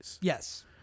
Yes